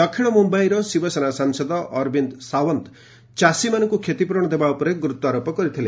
ଦକ୍ଷିଣ ମୁମ୍ବାଇ ଶିବସେନା ସାଂସଦ ଅରବିନ୍ଦ ସାଓ୍ୱନ୍ତ ଚାଷୀମାନଙ୍କୁ କ୍ଷତିପୂରଣ ଦେବା ଉପରେ ଗୁରୁତ୍ୱାରୋପ କରିଥିଲେ